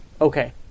Okay